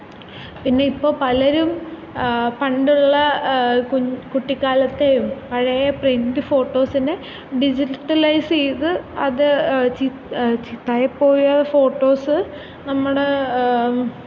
പിന്നെ ഇപ്പൊ പലരും പണ്ടുള്ള കുട്ടിക്കാലത്തെയും പഴയ പ്രിൻറ്റ് ഫോട്ടോസിനെ ഡിജിറ്റലൈസ് ചെയ്ത് അത് ചീത്തയായി പോയ ഫോട്ടോസ് നമ്മുടെ